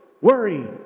worry